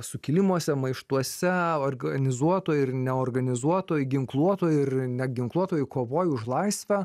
sukilimuose maištuose organizuotoj ir neorganizuotoj ginkluotoj ir neginkluotoj kovoj už laisvę